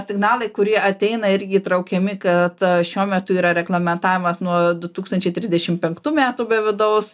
signalai kurie ateina irgi įtraukiami kad šiuo metu yra reglamentavimas nuo du tūkstančiai trisdešim penktų metų be vidaus